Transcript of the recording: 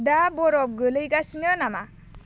दा बरफ गोलैगासिनो नामा